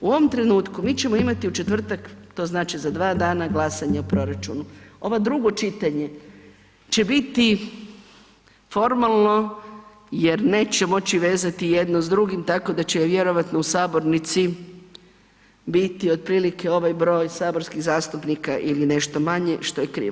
U ovom trenutku mi ćemo imati u četvrtak, to znači za 2 dana glasanje o proračunu, ovo drugo čitanje će biti formalno jer neće moći vezati jedno s drugim tako da će vjerojatno u Sabornici biti otprilike ovaj broj saborskih zastupnika ili nešto manji što je krivo.